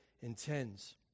intends